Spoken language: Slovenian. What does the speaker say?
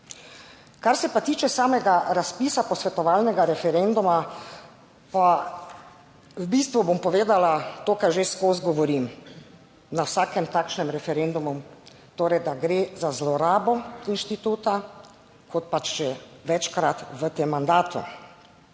Kar se pa tiče samega razpisa posvetovalnega referenduma, pa v bistvu bom povedala to, kar že skozi govorim, na vsakem takšnem referendumu, torej, da gre za zlorabo instituta kot pač že večkrat v tem mandatu